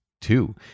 two